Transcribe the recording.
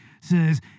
says